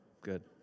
Good